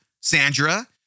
Sandra